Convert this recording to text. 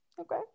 Okay